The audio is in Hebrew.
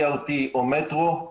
BRT או מטרו,